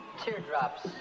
teardrops